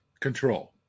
control